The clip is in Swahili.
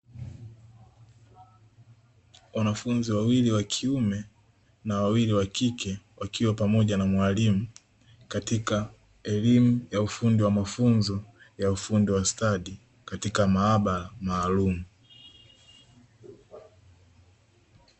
Wanafunzi wawili wa kiume na wawili wa kike, wakiwa pamoja na mwalimu katika elimu ya ufundi wa mafunzo ya ufundi wa stadi katika maabara maalumu.